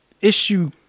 issue